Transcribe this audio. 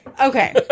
Okay